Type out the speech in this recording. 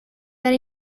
that